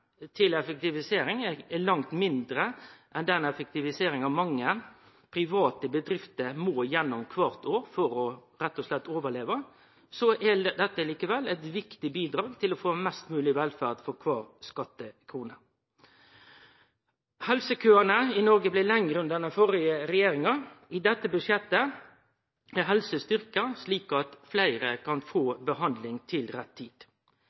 til effektivisering er langt mindre enn den effektiviseringa mange private bedrifter må gjennom kvart år, rett og slett for å overleve, er dette likevel eit viktig bidrag til å få mest mogleg velferd for kvar skattekrone. Helsekøane i Noreg blei lengre under den førre regjeringa. I dette budsjettet er helse styrkt, slik at fleire kan få behandling til rett tid.